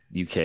UK